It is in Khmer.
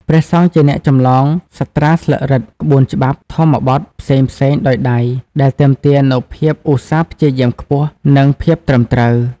ព្រះសង្ឃជាអ្នកចម្លងសាត្រាស្លឹករឹត ក្បួនច្បាប់ ធម្មបទផ្សេងៗដោយដៃ ដែលទាមទារនូវភាពឧស្សាហ៍ព្យាយាមខ្ពស់ និងភាពត្រឹមត្រូវ។